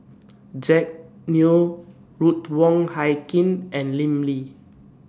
Jack Neo Ruth Wong Hie King and Lim Lee